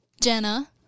Jenna